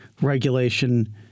regulation